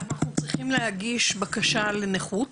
אנחנו צריכים להגיש בקשה לנכות,